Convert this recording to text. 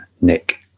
Nick